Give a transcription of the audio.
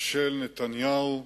של נתניהו,